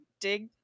dig